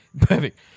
perfect